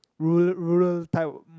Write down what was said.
rural rural type